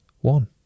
one